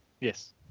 Yes